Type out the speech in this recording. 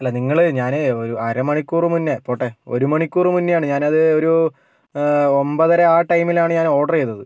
അല്ല നിങ്ങള് ഞാന് അര മണിക്കൂറ് മുന്നേ പോട്ടെ ഒരു മണിക്കൂറ് മുന്നേ ആണ് ഞാനത് ഒരു ഒമ്പതര ആ ടൈമിലാണ് ഞാന് ഓഡർ ചെയ്തത്